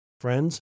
friends